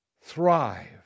thrive